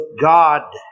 God